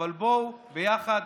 אבל בואו ביחד,